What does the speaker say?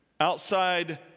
outside